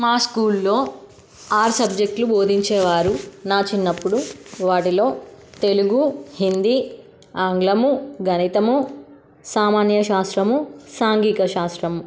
మా స్కూల్లో ఆరు సబ్జెక్ట్లు బోధించేవారు నా చిన్నప్పుడు వాటిలో తెలుగు హిందీ ఆంగ్లము గణితము సామాన్య శాస్త్రము సాంఘిక శాస్త్రం